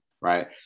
Right